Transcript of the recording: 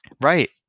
Right